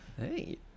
hey